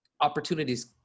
opportunities